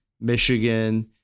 michigan